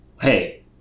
Hey